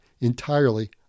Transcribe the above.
entirely